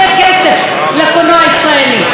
זה הרבה כסף לתעשיית הקולנוע,